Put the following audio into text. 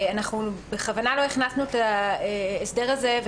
אנחנו בכוונה לא הכנסנו את ההסדר הזה,